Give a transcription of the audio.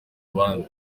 abandi